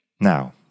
Now